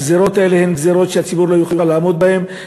הגזירות האלה הן גזירות שהציבור לא יוכל לעמוד בהן,